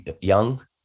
young